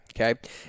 Okay